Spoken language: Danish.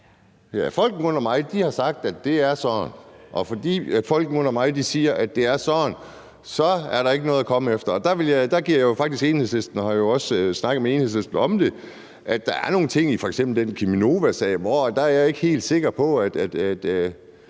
Folkene under mig siger, at det er sådan, og fordi folkene under mig siger, at det er sådan, så er der ikke noget at komme efter. Og der giver jeg faktisk Enhedslisten ret – jeg har jo også snakket med Enhedslisten om det – i, at der er nogle ting i f.eks. den Cheminovasag; der er jeg ikke helt sikker på, at